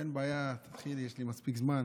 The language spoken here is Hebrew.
אין בעיה, תתחילי, יש לי מספיק זמן.